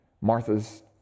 Martha's